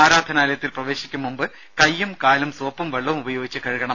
ആരാധനാലയത്തിൽ പ്രവേശിക്കും മുമ്പ് കയ്യും കാലും സോപ്പും വെള്ളവും ഉപയോഗിച്ച് കഴുകണം